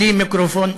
בלי מיקרופון,